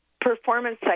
performance